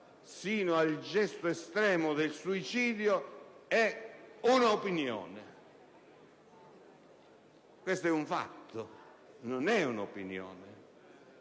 sino al gesto estremo del suicidio, è un'opinione: ma questo è un fatto, non è un'opinione.